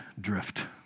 drift